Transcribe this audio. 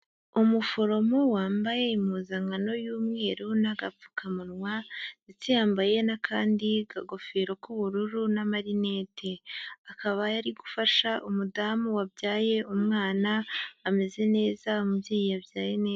Umuforomo wambaye impuzankano y'umweru, n'agapfukamunwa, ndetse yambaye n'akandi kagofero k'ubururu n' marinete, akaba ari gufasha umudamu wabyaye umwana ameze neza, umubyeyi yabyaye neza.